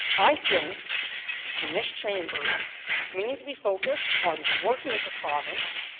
i think in this chamber we need to be focused on working with the province,